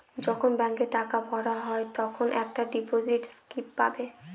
যখন ব্যাঙ্কে টাকা ভরা হয় তখন একটা ডিপোজিট স্লিপ পাবে